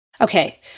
Okay